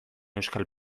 euskal